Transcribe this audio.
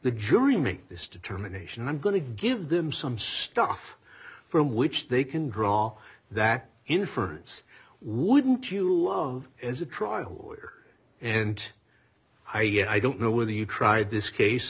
the jury make this determination i'm going to give them some stuff from which they can draw that inference wouldn't you love as a trial lawyer and i i don't know whether you tried this case